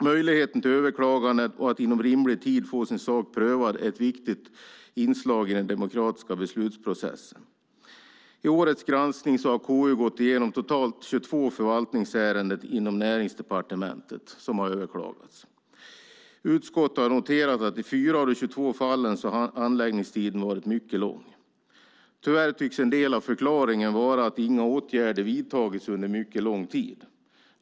Möjligheten till överklagande och att inom rimlig tid få sin sak prövad är ett viktigt inslag i den demokratiska beslutsprocessen. I årets granskning har KU gått igenom totalt 22 förvaltningsärenden inom Näringsdepartementet som har överklagats. Utskottet har noterat att i 4 av de 22 fallen har handläggningstiden varit mycket lång. Tyvärr tycks en del av förklaringen vara att inga åtgärder har vidtagits under mycket lång tid.